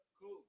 cool